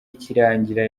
ikirangira